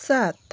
सात